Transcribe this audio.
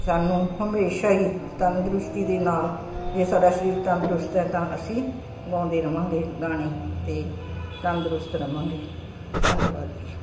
ਸਾਨੂੰ ਹਮੇਸ਼ਾ ਹੀ ਤੰਦਰੁਸਤੀ ਦੇ ਨਾਲ ਜੇ ਸਾਡਾ ਸਰੀਰ ਤੰਦਰੁਸਤ ਹੈ ਤਾਂ ਅਸੀਂ ਗਾਉਂਦੇ ਰਹਾਂਗੇ ਗਾਣੇ ਅਤੇ ਤੰਦਰੁਸਤ ਰਹਾਂਗੇ ਧੰਨਵਾਦ ਜੀ